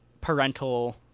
parental